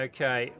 Okay